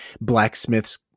blacksmith's